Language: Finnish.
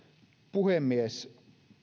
puhemies